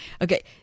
Okay